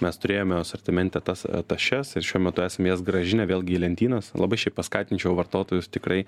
mes turėjome asortimente tas tašes ir šiuo metu esam jas grąžinę vėlgi į lentynas labai šiaip paskatinčiau vartotojus tikrai